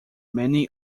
many